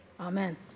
amen